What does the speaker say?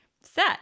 set